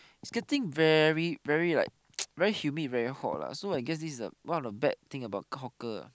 it's getting very very like very humid very hot lah so I guess this is a one of the bad thing about hawker lah